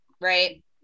right